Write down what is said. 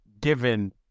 given